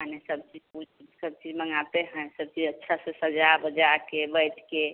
यानी सब चीज सब चीज मँगाते हैं सब चीज अच्छा से सजा बजा के बैठ के